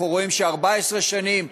אנחנו רואים ש-14 שנים,